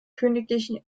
königlichen